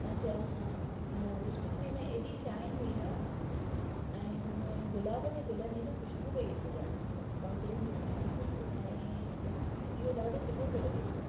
ऐं हिन लिपस्टिक में न हेड़ी शाइन हुई न ऐं उन में गुलाब जे गुलनि जी न ख़ुशबू पई अचे जाम इन जे पंखड़ियुनि जी ख़ुशबू पई अचे ऐं इहो ॾाढो सुठो पियो लॻे पियो